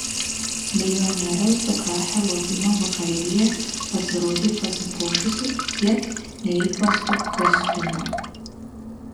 milijonieriaus dukra helovino vakarėlyje pasirodė pasipuošusi kiek neįprastu kostiumu